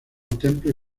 temple